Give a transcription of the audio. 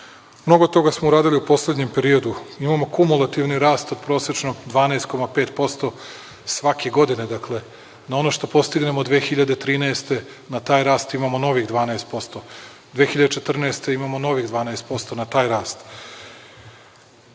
toga smo uradili u poslednjem periodu. Imamo kumulativni rast od prosečno 12,5% svake godine. Dakle, na ono što postignemo 2013. godine na taj rast imamo novih 12%, 2014. imamo novih 12% na taj rast. Od